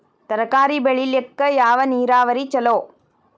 ತರಕಾರಿ ಬೆಳಿಲಿಕ್ಕ ಯಾವ ನೇರಾವರಿ ಛಲೋ?